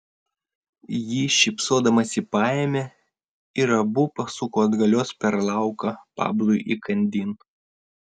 ji šypsodamasi paėmė ir abu pasuko atgalios per lauką pablui įkandin